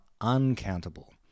uncountable